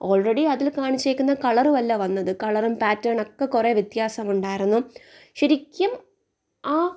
already അതിൽ കാണിച്ചിരിക്കുന്ന കളറുമല്ല വന്നത് കളറും പാറ്റേൺ ഒക്കെ കുറേ വ്യത്യാസമുണ്ടായിരുന്നു ശരിക്കും ആ